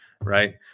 right